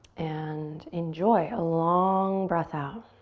and enjoy a long breath out,